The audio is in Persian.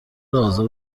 آزار